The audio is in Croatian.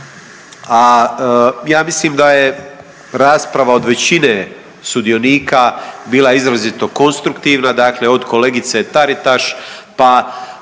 a ja mislim da je rasprava od većine sudionika bila izrazito konstruktivna, dakle od kolegice Taritaš pa